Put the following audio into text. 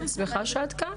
אני שמחה שאת כאן.